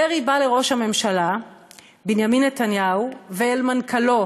דרעי בא לראש הממשלה בנימין נתניהו ואל מנכ"לו